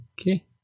okay